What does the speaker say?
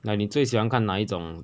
like 你最喜欢看哪一种